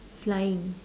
flying